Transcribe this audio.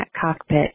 cockpit